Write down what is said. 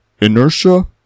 Inertia